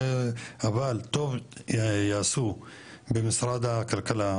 אבל טוב יעשו במשרד הכלכלה,